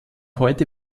heute